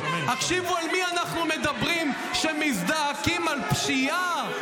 הקשיבו על מי אנחנו מדברים, שמזדעקים על פשיעה.